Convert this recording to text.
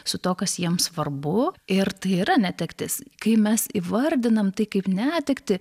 su tuo kas jiems svarbu ir tai yra netektis kai mes įvardinam tai kaip netektį